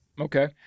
Okay